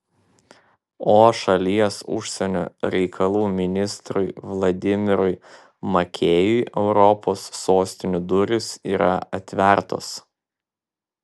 o šalies užsienio reikalų ministrui vladimirui makėjui europos sostinių durys yra atvertos